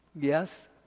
Yes